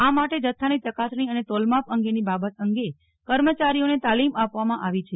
આ માટે જથ્થાની ચકાસણી અને તોલમાપ અંગેની બાબત અંગે કર્મચારીઓને તાલીમ આપવામાં આવી છે